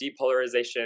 depolarization